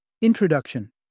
Introduction